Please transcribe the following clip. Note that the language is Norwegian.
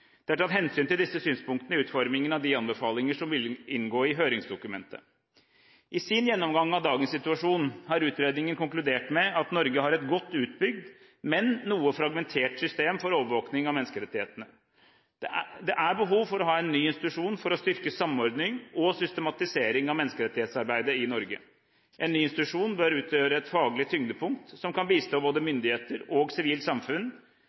Det er tatt hensyn til disse synspunktene i utformingen av de anbefalinger som vil inngå i høringsdokumentet. I sin gjennomgang av dagens situasjon har utredningen konkludert med at Norge har et godt utbygd, men noe fragmentert system for overvåkning av menneskerettighetene. Det er behov for å ha en ny institusjon for å styrke samordning og systematisering av menneskerettighetsarbeidet i Norge. En ny institusjon bør utgjøre et faglig tyngdepunkt som kan bistå både myndigheter og sivilt samfunn